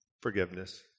Forgiveness